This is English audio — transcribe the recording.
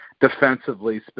Defensively